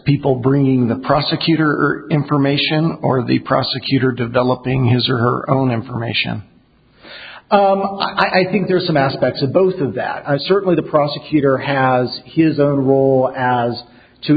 people bringing the prosecutor information or the prosecutor developing his or her own information i think there's some aspects of both of that are certainly the prosecutor has his own role as to